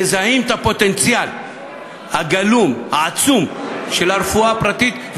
מזהים את הפוטנציאל העצום הגלום ברפואה הפרטית,